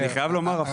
אני חייב לומר.